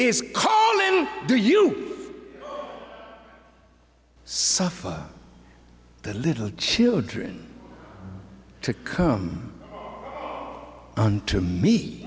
is do you suffer the little children to come unto me